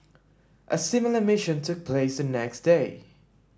a similar mission took place the next day